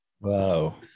Wow